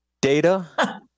data